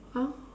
!huh!